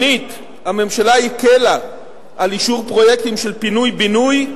שנית, הממשלה הקלה אישור פרויקטים של פינוי-בינוי,